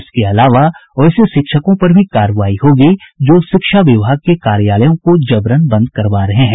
इसके अलावा वैसे शिक्षकों पर भी कार्रवाई होगी जो शिक्षा विभाग के कार्यालयों को जबरन बंद करवा रहे हैं